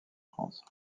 france